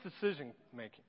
decision-making